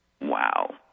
Wow